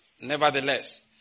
Nevertheless